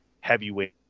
heavyweight